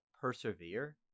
persevere –